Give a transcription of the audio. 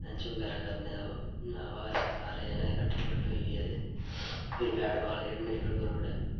lunch बगैरा करने दे बाद सारें जने कट्ठे कुट्ठे होइयै ते फिर बैट बॉल खेड्ढना शुरू करी ओड़ेआ